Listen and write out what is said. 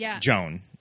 Joan